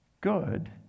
good